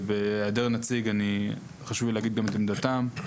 ובהעדר נציג חשוב לי להגיד גם את עמדתם,